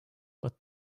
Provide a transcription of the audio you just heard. but